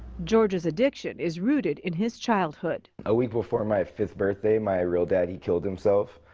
george's addiction is rooted in his childhood. a week before my fifth birthday, my real dad he killed himself.